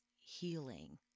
healing